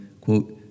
quote